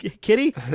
Kitty